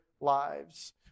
lives